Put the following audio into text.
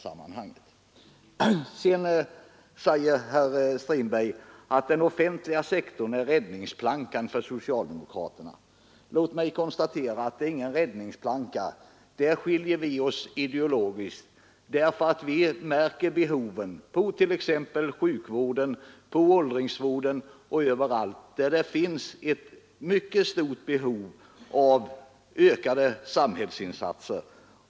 Sedan säger herr Strindberg att den offentliga sektorn är räddningsplankan för socialdemokraterna. Låt mig konstatera att det inte är någon räddningsplanka. Här skiljer vi oss ideologiskt därför att vi märker behoven inom t.ex. sjukvården, åldringsvården och överallt där det finns ett mycket stort behov av ökade samhällsinsatser.